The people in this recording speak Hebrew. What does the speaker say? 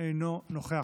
אינו נוכח.